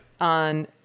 on